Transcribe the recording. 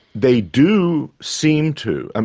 they do seem to. and